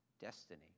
destiny